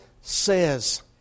says